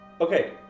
Okay